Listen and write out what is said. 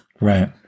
right